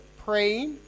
praying